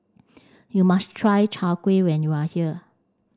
you must try Chai Kueh when you are here